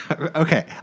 Okay